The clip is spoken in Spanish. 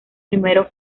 primero